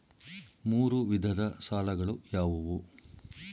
ಮೂರು ವಿಧದ ಸಾಲಗಳು ಯಾವುವು?